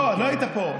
לא, לא היית פה.